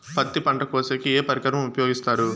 పత్తి పంట కోసేకి ఏ పరికరం ఉపయోగిస్తారు?